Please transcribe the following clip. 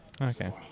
Okay